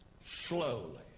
slowly